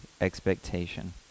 expectation